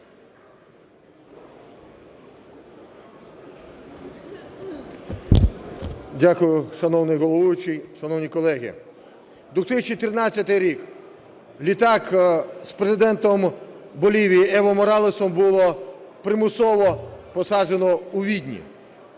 Дякую, шановний головуючий, шановні колеги. 2014 рік: літак з Президентом Болівії Ево Моралесом було примусово посаджено у Відні.